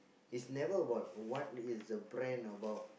is never about what is the brand about